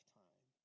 time